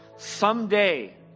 Someday